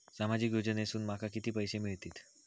सामाजिक योजनेसून माका किती पैशे मिळतीत?